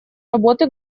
работы